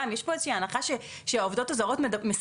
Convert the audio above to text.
גם יש פה איזו שהיא הנחה שהעובדות הזרות מספרות